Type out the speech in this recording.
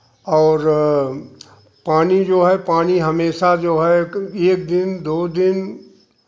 और पानी जो है पानी हमेशा जो है एक दिन दो दिन